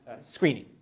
screening